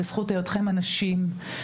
בזכות היותכם אנשים,